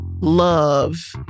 love